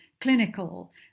clinical